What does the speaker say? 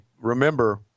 Remember